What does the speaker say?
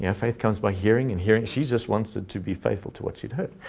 yeah faith comes by hearing and hearing. she's just wanted to be faithful to what she'd heard.